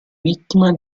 vittima